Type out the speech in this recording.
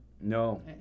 No